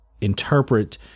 interpret